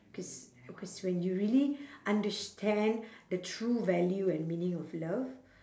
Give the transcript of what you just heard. cause because when you really understand the true value and meaning of love